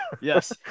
Yes